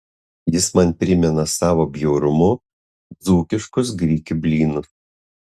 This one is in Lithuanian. jis man primena savo bjaurumu dzūkiškus grikių blynus